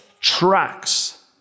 tracks